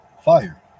fire